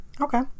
Okay